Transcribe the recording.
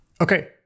Okay